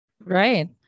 Right